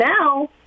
now